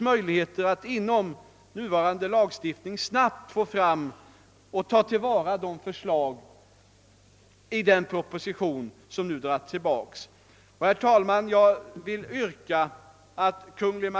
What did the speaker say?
möjligheter finns att i den nuvarande lagstiftningen snabbt lägga in regler av samma innebörd som förslagen i den nu tillbakadragna propositionen. Herr talman! Jag yrkar att Kungl.